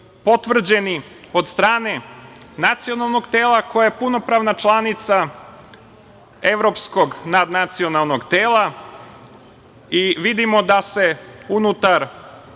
potvrđeni od strane nacionalnog tela koje je punopravna članica Evropskog nacionalnog tela. Vidimo da se unutar